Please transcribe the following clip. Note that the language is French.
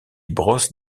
brosse